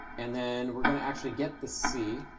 and then we're going to actually get the c,